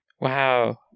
Wow